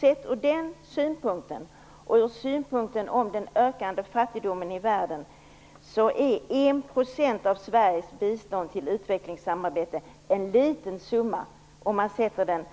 Sett ur den synpunkten och ur synpunkten på den ökande fattigdomen i världen är 1 % av Sveriges bruttonationalprodukt till utvecklingssamarbete en liten summa, liksom om man sätter den